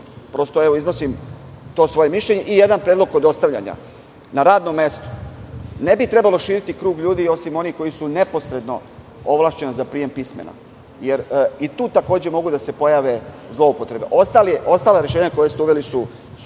koncept. Iznosim svoje mišljenje. Jedan predlog kod dostavljanja, na radnom mestu ne bi trebalo širiti krug ljudi osim onih koji su neposredno ovlašćeni za prijem pismena, jer tu takođe mogu da se pojave zloupotrebe. Ostala rešenja koja ste uveli su